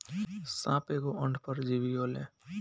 साप एगो अंड परजीवी होले